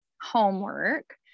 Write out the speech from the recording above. homework